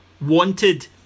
wanted